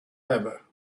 ever